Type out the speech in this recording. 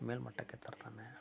ಮೇಲು ಮಟ್ಟಕ್ಕೆ ತರುತ್ತಾನೆ